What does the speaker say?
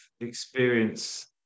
experience